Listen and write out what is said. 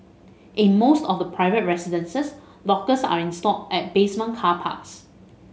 in most of the private residences lockers are installed at basement car parks